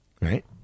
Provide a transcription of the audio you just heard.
right